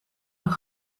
een